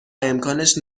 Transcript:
امکانش